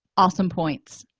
awesome points